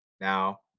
now